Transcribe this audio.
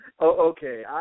okay